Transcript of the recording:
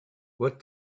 what